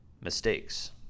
mistakes